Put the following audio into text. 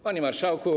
Panie Marszałku!